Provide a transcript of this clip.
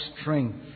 strength